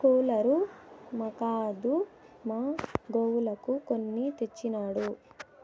cooler మాక్కాదు మా గోవులకు కొని తెచ్చినాడు